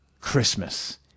Christmas